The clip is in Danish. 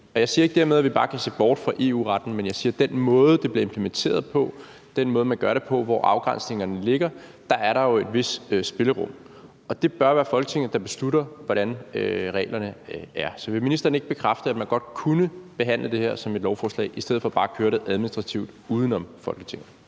Jeg siger ikke dermed, at vi bare kan se bort fra EU-retten, men jeg siger, at der jo et vist spillerum i den måde, det bliver implementeret på, den måde, man gør det på, og i forhold til hvor afgrænsningerne ligger, og det bør være Folketinget, der beslutter, hvordan reglerne er. Så vil ministeren ikke bekræfte, at man godt kunne behandle det her som et lovforslag i stedet for bare at køre det administrativt uden om Folketinget?